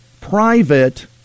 private